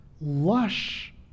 lush